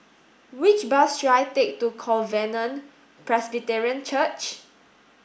which bus should I take to Covenant Presbyterian Church